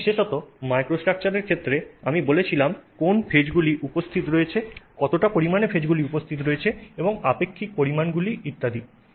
এবং বিশেষত মাইক্রোস্ট্রাকচারের ক্ষেত্রে আমি বলেছিলাম কোন ফেজগুলি উপস্থিত রয়েছে কতটা পরিমাণে ফেজগুলি উপস্থিত রয়েছে এবং আপেক্ষিক পরিমাণগুলি ইত্যাদি